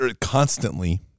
constantly